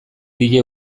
die